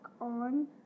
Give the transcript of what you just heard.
on